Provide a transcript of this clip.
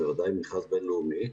ודאי מכרז בין-לאומי,